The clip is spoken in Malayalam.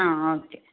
ആ ഓക്കേ